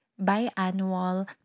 biannual